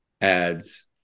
ads